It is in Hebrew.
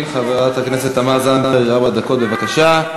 חברת הכנסת תמר זנדברג, ארבע דקות, בבקשה.